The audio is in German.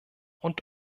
und